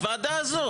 הוועדה הזאת,